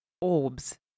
orbs